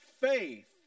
Faith